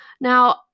Now